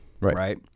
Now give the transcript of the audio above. Right